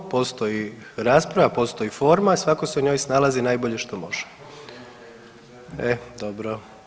Postoji rasprava, postoji forma, svako se u njoj snalazi najbolje što može. … [[Upadica se ne razumije.]] E dobro.